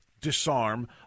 disarm